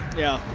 yeah,